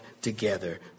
together